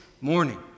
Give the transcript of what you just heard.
morning